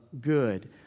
good